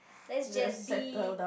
let's just be